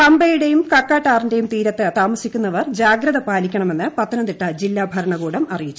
പമ്പയുടെയും കക്കാട്ടാറിന്റെയും തീരത്ത് താമസിക്കുന്നുവർ ജാഗ്രത പാലിക്കണമെന്ന് പത്തനംതിട്ട ജില്ലാ ഭൂർണ്കൂടം അറിയിച്ചു